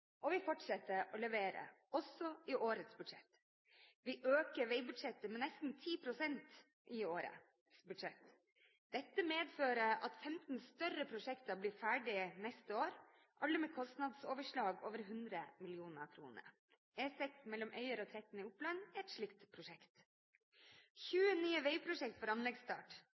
samferdsel. Vi fortsetter å levere – også i årets budsjett. Vi øker vegbudsjettet med nesten 10 pst. i årets budsjett. Dette medfører at 15 større prosjekter blir ferdige neste år, alle med kostnadsoverslag over 100 mill. kr. E6 Øyer–Tretten i Oppland er et slikt prosjekt. 20 nye vegprosjekt får anleggsstart.